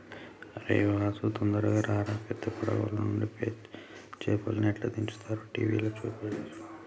అరేయ్ వాసు తొందరగా రారా పెద్ద పడవలనుండి చేపల్ని ఎట్లా దించుతారో టీవీల చూపెడుతుల్ను